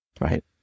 Right